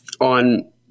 on